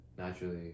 naturally